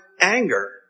anger